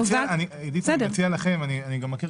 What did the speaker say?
עידית, אני מציע לכם להתמקד.